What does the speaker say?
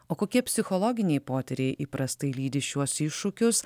o kokie psichologiniai potyriai įprastai lydi šiuos iššūkius